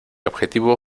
objetivo